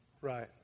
Right